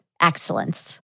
excellence